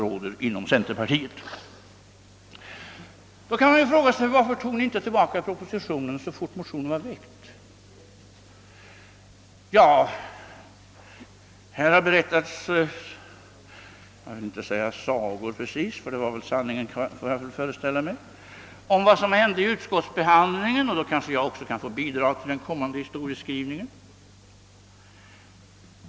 Man kan fråga oss: Varför tog ni inte tillbaka propositionen så fort motionerna väckts? Här har berättats, inte precis några sagor utan förmodligen sanningen om vad som hände vid utskottsbehandlingen, och då kanske jag också kan få bidra till den kommande historieskrivningen.